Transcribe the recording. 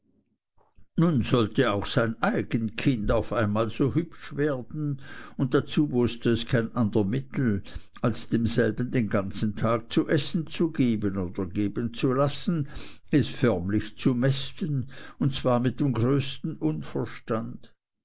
nun sollte auch sein eigen kind auf einmal so hübsch werden und dazu wußte es kein ander mittel als demselben den ganzen tag zu essen zu geben oder geben zu lassen es förmlich zu mästen und zwar mit dem größten unverstand